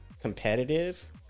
competitive